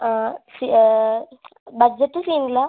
ആ budget scene ഇല്ല